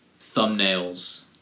thumbnails